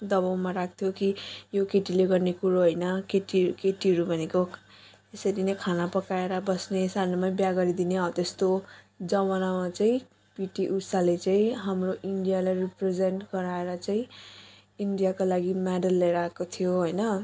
दबाउमा राख्थ्यो कि यो केटीले गर्ने कुरो होइन केटी केटीहरू भनेको यसरी नै खाना पकाएर बस्ने सानोमै बिहा गरिदिने हो त्यस्तो जमानामा चाहिँ पिटी उषाले चाहिँ हाम्रो इन्डियालाई रिप्रेजेन्ट गराएर चाहिँ इन्डियाको लागि मेडल लिएर आएको थियो होइन